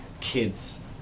kids